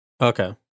Okay